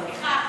סליחה.